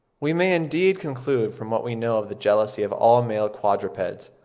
we may indeed conclude from what we know of the jealousy of all male quadrupeds,